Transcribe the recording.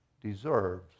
deserves